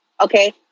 Okay